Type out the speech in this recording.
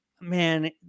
man